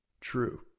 true